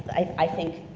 i think,